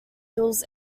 hills